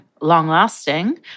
long-lasting